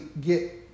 get